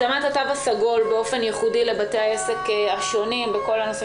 התאמת התו הסגול באופן ייחודי לבתי העסק השונים וכל נושא